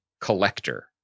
collector